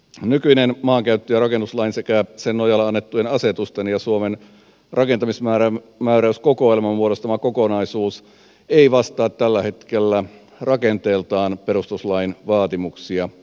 nykyinen maankäyttö ja rakennuslain sekä sen nojalla annettujen asetusten ja suomen rakentamismääräyskokoelman muodostama kokonaisuus ei vastaa tällä hetkellä rakenteeltaan perustuslain vaatimuksia